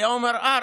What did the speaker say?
הוא היה אומר: אה,